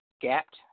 gapped